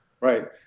Right